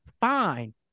Fine